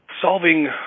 solving